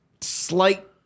slight